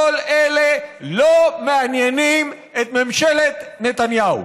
כל אלה לא מעניינים את ממשלת נתניהו.